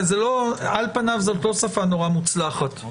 על פניו זאת לא שפה נורא מוצלחת.